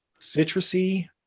citrusy